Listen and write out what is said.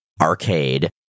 Arcade